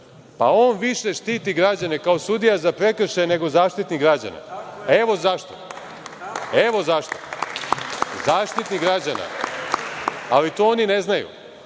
Pa, on više štiti građane kao sudija za prekršaje, nego Zaštitnik građana. Evo, zašto? Zaštitnik građana, ali to oni ne znaju,